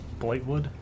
Blightwood